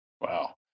Wow